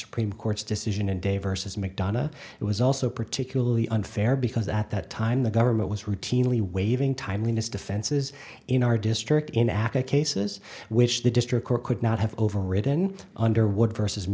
supreme court's decision and de versus mcdonogh it was also particularly unfair because at that time the government was routinely waiving timeliness defenses in our district in aca cases which the district court could not have overridden under what versus